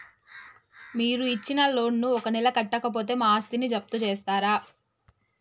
మీరు ఇచ్చిన లోన్ ను ఒక నెల కట్టకపోతే మా ఆస్తిని జప్తు చేస్తరా?